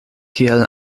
kiel